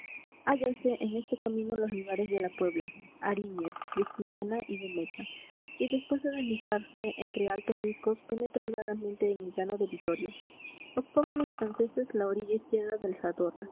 hállanse en este camino los lugares de la puebla aríñez crispiniana y gomecha y después de deslizarse entre altos riscos penetra holgadamente en el llano de vitoria ocupaban los franceses la orilla izquierda del